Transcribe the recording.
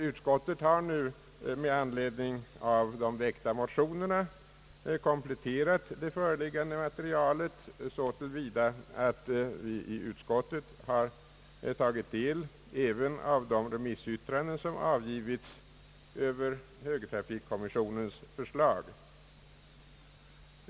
Utskottet har emellertid nu med anledning av de väckta motionerna kompletterat det föreliggande materialet så till vida, att utskottet har tagit del även av de remissyttranden som har avgivits över högertrafikkommissionens = förslag.